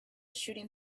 shooting